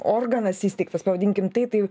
organas įsteigtas pavadinkim tai tai